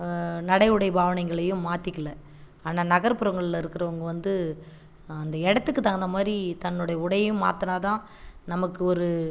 நடை உடை பாவனைங்களையும் மாற்றிக்கள ஆனால் நகர்ப்புறங்களில் இருக்கிறவங்க வந்து அந்த இடத்துக்கு தகுந்த மாதிரி தன்னுடைய உடையும் மாற்றுனாதா நமக்கு ஒரு